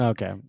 Okay